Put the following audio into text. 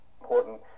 important